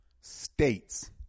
states